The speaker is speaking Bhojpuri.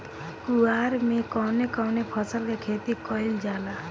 कुवार में कवने कवने फसल के खेती कयिल जाला?